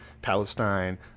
Palestine